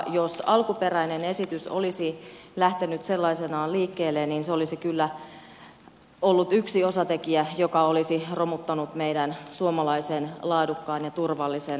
jos alkuperäinen esitys olisi lähtenyt sellaisenaan liikkeelle niin se olisi kyllä ollut yksi osatekijä joka olisi romuttanut meidän suomalaisen laadukkaan ja turvallisen taksijärjestelmän